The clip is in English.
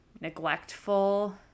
neglectful